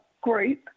group